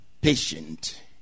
patient